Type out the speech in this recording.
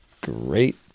great